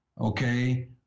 okay